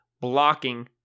blocking